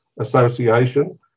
Association